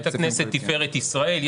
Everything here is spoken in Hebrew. בית הכנסת תפארת ישראל.